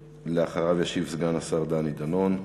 אחריו ישיב סגן השר דני דנון,